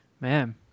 Man